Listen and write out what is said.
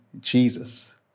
Jesus